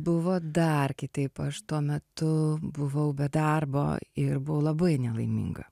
buvo dar kitaip aš tuo metu buvau be darbo ir buvo labai nelaiminga